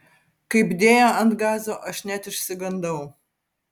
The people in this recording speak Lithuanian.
kaip dėjo ant gazo aš net išsigandau